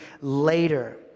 later